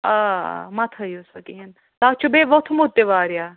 آ آ مَہ تھٲیو سُہ کِہیٖنۍ تَتھ چھُ بیٚیہِ ووٚتھمُت تہِ واریاہ